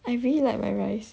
I really like my rice